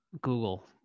Google